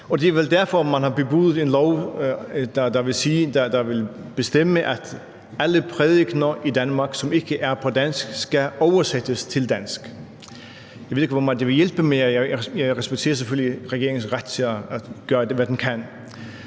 er vel derfor, man har bebudet en lov, der vil bestemme, at alle prædikener i Danmark, som ikke er på dansk, skal oversættes til dansk. Jeg ved ikke, hvor meget det vil hjælpe, men jeg respekterer selvfølgelig regeringens ret til at gøre, hvad den kan.